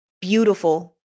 beautiful